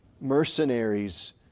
mercenaries